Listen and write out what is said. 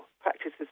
practices